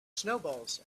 snowballs